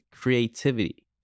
creativity